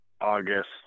August